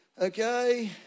okay